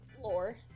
lore